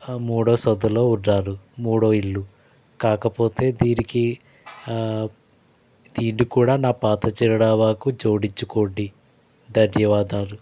మూడో సంధులో ఉన్నాను మూడో ఇల్లు కాకపోతే దీనికి దీన్ని కూడా నా పాత చిరునామాకి జోడించుకోండి ధన్యవాదాలు